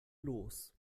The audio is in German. los